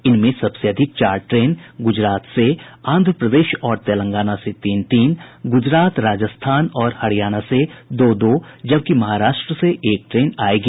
इनमें सबसे अधिक चार ट्रेन गूजरात से आंध्र प्रदेश और तेलंगाना से तीन तीन गुजरात राजस्थान और हरियाणा से दो दो जबकि महाराष्ट्र से एक ट्रेन आयेगी